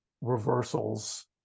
reversals